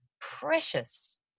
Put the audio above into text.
precious